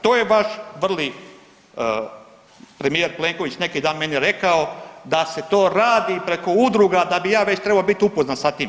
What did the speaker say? To je vaš vrli premijer Plenković, neki dan meni rekao da se to radi preko udruga, da bi ja već trebao biti upoznat sa tim.